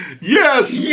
Yes